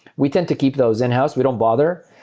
we tend to keep those in-house. we don't bother.